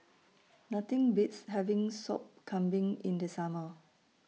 Nothing Beats having Sop Kambing in The Summer